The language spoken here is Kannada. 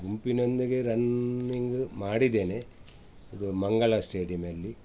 ಗುಂಪಿನೊಂದಿಗೆ ರನ್ನಿಂಗು ಮಾಡಿದ್ದೇನೆ ಇದು ಮಂಗಳ ಸ್ಟೇಡಿಯಮ್ಮೆಲ್ಲಿ